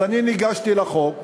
אז אני ניגשתי לחוק